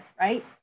right